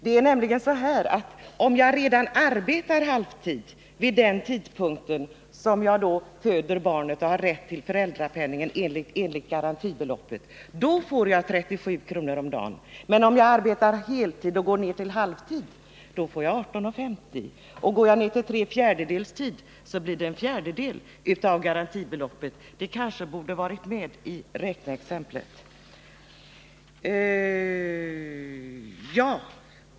Det är nämligen så att om jag redan arbetar halvtid vid den tidpunkt då jag föder barnet och har rätt till föräldrapenning enligt garantibeloppet, då får jag37 kr. om dagen. Men om jag arbetar heltid och går ned till halvtid, får jag 18:50. Och går jag ned till tre fjärdedels tid blir det en fjärdedel av garantibeloppet. Det borde kanske ha varit med i räkneexemplet.